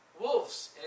wolves